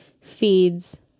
feeds